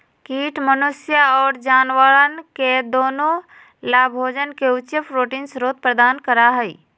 कीट मनुष्य और जानवरवन के दुन्नो लाभोजन के उच्च प्रोटीन स्रोत प्रदान करा हई